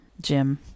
Jim